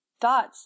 thoughts